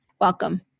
Welcome